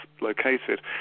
located